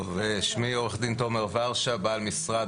טוב, אני עו"ד בעל משרד